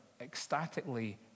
ecstatically